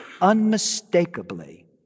unmistakably